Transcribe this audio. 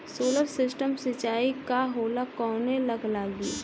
Solar system सिचाई का होला कवने ला लागी?